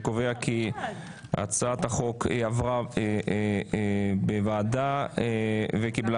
אני קובע כי הצעת החוק עברה בוועדה וקיבלה